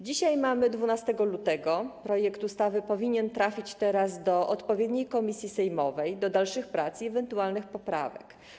Dzisiaj mamy 12 lutego, projekt ustawy powinien trafić teraz do odpowiedniej komisji sejmowej do dalszych prac i ewentualnych poprawek.